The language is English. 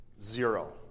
Zero